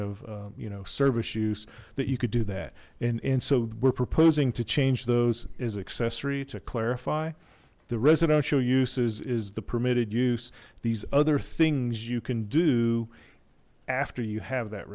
of you know service use that you could do that and and so we're proposing to change those is accessory to clarify the residential uses is the permitted use these other things you can do after you have that